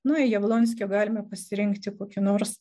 nu jablonskio galime pasirinkti kokią nors